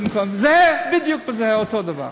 זהה בדיוק וזה אותו דבר.